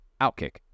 OutKick